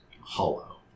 hollow